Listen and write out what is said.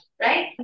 right